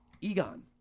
Egon